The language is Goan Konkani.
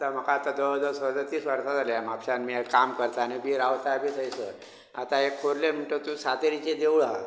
आतां म्हाका आतां जवळ जवळ तीस वर्सां जालीं म्हापश्यान म्या काम करतां आनी बी रावता बी थंयसर आतां एक खोर्ले म्हाणटा थंय सातेरीचें देवूळ आहा